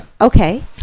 Okay